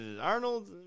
Arnold